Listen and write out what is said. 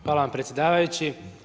Hvala vam predsjedavajući.